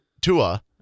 Tua